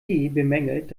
bemängelt